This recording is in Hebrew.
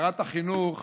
ששרת החינוך